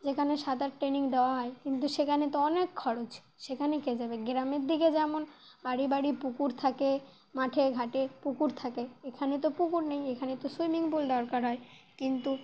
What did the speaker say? যেখানে সাঁতার ট্রেনিং দেওয়া হয় কিন্তু সেখানে তো অনেক খরচ সেখানে কে যাবে গ্রামের দিকে যেমন বাড়ি বাড়ি পুকুর থাকে মাঠে ঘাটে পুকুর থাকে এখানে তো পুকুর নেই এখানে তো সুইমিং পুল দরকার হয় কিন্তু